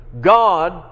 God